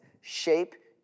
Shape